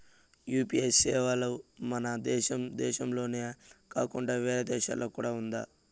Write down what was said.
UPI సేవలు మన దేశం దేశంలోనే కాకుండా వేరే దేశాల్లో కూడా ఉందా?